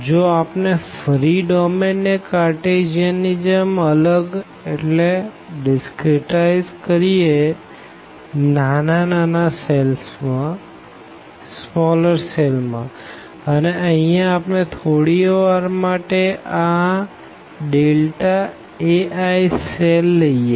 જો આપણે ફરી ડોમેન ને કાઅર્તેસિયન ની જેમ અલગ કરીએ નાના સેલ માંઅને અહિયાં આપણે થોડી વાર માટે આ Ai સેલ લઇએ